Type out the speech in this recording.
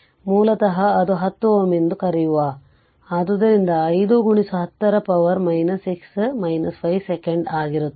ಆದ್ದರಿಂದ ಮೂಲತಃ ಅದು 10 Ω ಎಂದು ಕರೆಯುವ ಆದ್ದರಿಂದ 5 10 ರ ಪವರ್ 6 5 ಸೆಕೆಂಡ್ ಆಗಿರುತ್ತದೆ